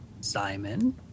Simon